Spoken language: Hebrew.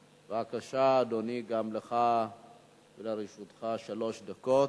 בבקשה, אדוני, גם לרשותך שלוש דקות,